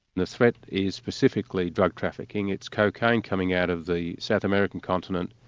the threat is specifically drug trafficking. it's cocaine coming out of the south american continent,